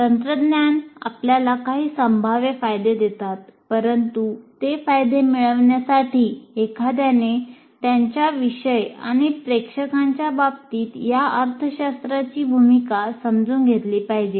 तंत्रज्ञान आपल्याला काही संभाव्य फायदे देतात परंतु ते फायदे मिळवण्यासाठी एखाद्याने त्यांच्या विषय आणि प्रेक्षकांच्या बाबतीत या अर्थशास्त्राची भूमिका समजून घेतली पाहिजे